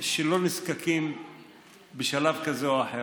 שלא נזקקים בשלב כזה או אחר.